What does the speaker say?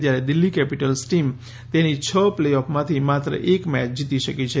જ્યારે Delhi Capitals team તેની છ પ્લે ઓફ માંથી માત્ર એક મેચ જીતી શકી છે